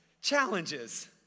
challenges